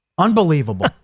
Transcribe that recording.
Unbelievable